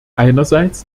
einerseits